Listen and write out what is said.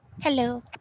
Hello